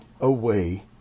away